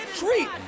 treat